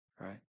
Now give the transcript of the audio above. right